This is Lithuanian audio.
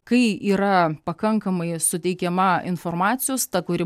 kai yra pakankamai suteikiama informacijos ta kuri